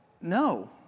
no